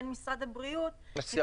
משרד הבריאות -- השיח שלנו מעולה.